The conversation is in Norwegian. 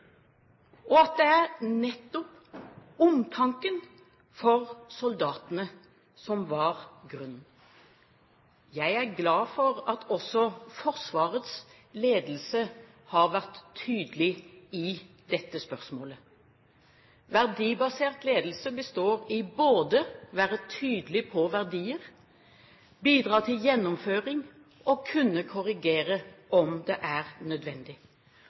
og det er nettopp omtanken for soldatene som var grunnen. Jeg er glad for at også Forsvarets ledelse har vært tydelig i dette spørsmålet. Verdibasert ledelse består i både å være tydelig på verdier, bidra til gjennomføring og kunne korrigere om det er nødvendig.